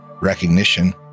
recognition